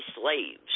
slaves